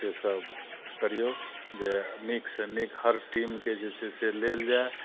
से सब करियौ जे नीकसँ नीक हर टीमके जे छै से लेल जाए